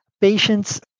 patients